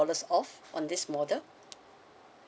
dollars off on this model